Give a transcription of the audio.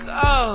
go